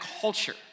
culture